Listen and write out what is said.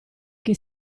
che